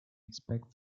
inspect